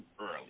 early